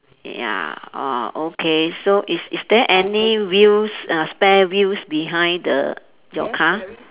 ya uh okay so is is there any wheels uh spare wheels behind the your car